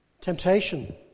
temptation